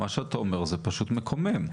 מה שאתה אומר זה פשוט מקומם.